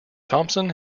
thompson